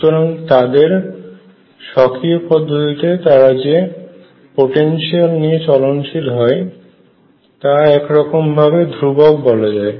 সুতরাং তাদের স্বকীয় পদ্ধতিতে তারা যে পোটেনশিয়াল নিয়ে চলনশীল হয় তা এক রকম ভাবে ধ্রুবক বলা যায়